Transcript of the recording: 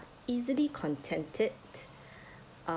easily contented